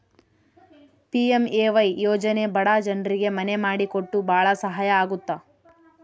PMAY ಯೋಜನೆ ಬಡ ಜನ್ರಿಗೆ ಮನೆ ಮಾಡಿ ಕೊಟ್ಟು ಭಾಳ ಸಹಾಯ ಆಗುತ್ತ